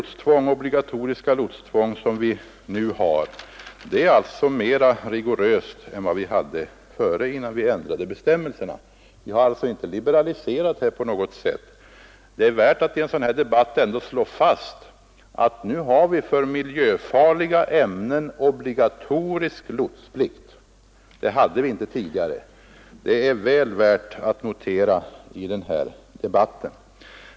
Det obligatoriska lotstvång som vi nu har är mera rigoröst än det system vi hade innan vi ändrade bestämmelserna. Här är det alltså inte fråga om någon liberalisering. Jag vill i stället slå fast att vi nu för fartyg med miljöfarliga ämnen ombord har obligatorisk lotsplikt. Det hade vi inte tidigare. Det är en sak som är värd att notera i denna debatt.